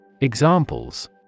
Examples